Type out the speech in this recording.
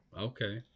Okay